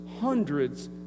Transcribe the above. hundreds